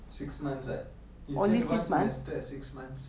six months [what] it's just one semester six months